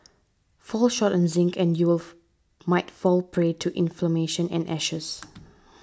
fall short on zinc and you'll might fall prey to inflammation and ashes